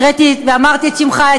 הקראתי ואמרתי את שמך,